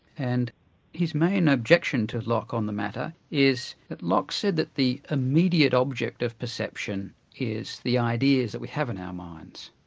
and his main objection to locke on the matter is that locke said that the immediate object of perception is the ideas that we have in our minds,